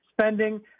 spending